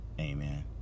Amen